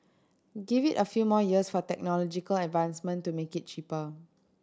give it a few more years for technological advancement to make it cheaper